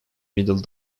middle